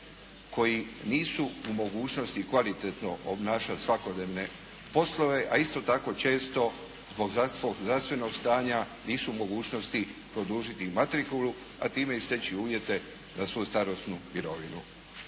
koji nisu u mogućnosti kvalitetno obnašati svakodnevne poslove, a isto tako često zbog zdravstvenog stanja nisu u mogućnosti produžiti i matrikulu a time i steći uvjete za svoju starosnu mirovinu.